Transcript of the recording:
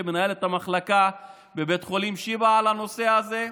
שמנהלת בבית החולים שיבא את המחלקה בנושא הזה.